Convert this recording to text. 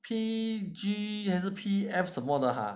P_G 还是 P_F 什么的哈